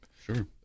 Sure